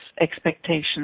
expectations